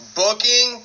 booking